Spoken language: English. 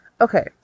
okay